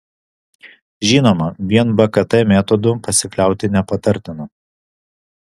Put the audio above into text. žinoma vien bkt metodu pasikliauti nepatartina